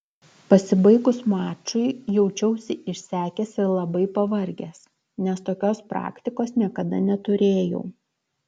pasibaigus mačui jaučiausi išsekęs ir labai pavargęs nes tokios praktikos niekada neturėjau